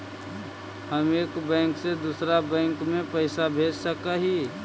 हम एक बैंक से दुसर बैंक में पैसा भेज सक हिय?